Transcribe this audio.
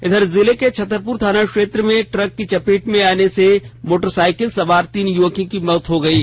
इधर जिले की छतरपुर थाना क्षेत्र में ट्रक की चपेट में आने से मोटरसाईकिल सवार तीन युवकों की मौत हो गयी